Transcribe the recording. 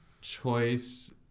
choice